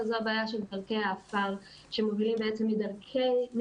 וזו הבעיה של דרכי העפר שמובילים בעצם מבתי